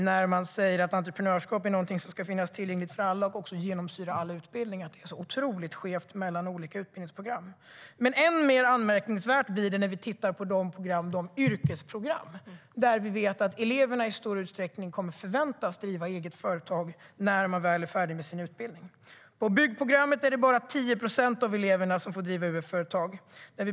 När man säger att entreprenörskap är någonting som ska finnas tillgängligt för alla och ska genomsyra alla utbildningar är det alarmerande i sig att det är så otroligt skevt mellan olika utbildningsprogram. Än mer anmärkningsvärt blir det när vi tittar på de yrkesprogram där vi vet att eleverna i stor utsträckning kommer att förväntas driva eget företag när de väl är färdiga med sin utbildning. På byggprogrammet är det bara 10 procent av eleverna som får driva UF-företag.